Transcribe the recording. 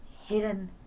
hidden